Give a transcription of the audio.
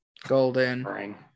golden